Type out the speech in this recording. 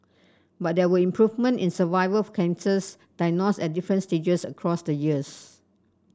but there was improvement in survival for cancers diagnosed at different stages across the years